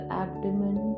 abdomen